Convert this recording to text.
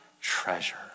treasure